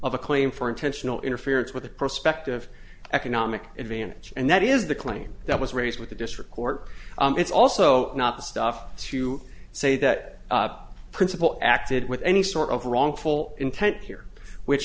of a claim for intentional interference with prospective economic advantage and that is the claim that was raised with the district court it's also not the stuff to say that principal acted with any sort of wrongful intent here which